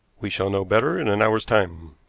we shall know better in an hour's time,